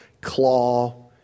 claw